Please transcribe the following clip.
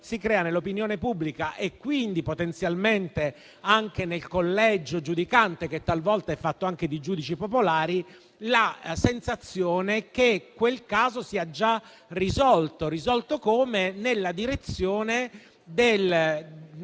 si leggono) e quindi potenzialmente anche nel collegio giudicante, che talvolta è fatto anche di giudici popolari, la sensazione che quel caso sia già risolto nella direzione della